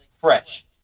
fresh